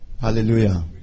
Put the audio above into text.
Hallelujah